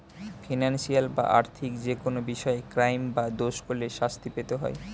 financial বা আর্থিক যেকোনো বিষয়ে ক্রাইম বা দোষ করলে শাস্তি পেতে হয়